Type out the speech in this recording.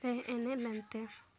ᱞᱮ ᱮᱱᱮᱡ ᱞᱮᱱᱛᱮ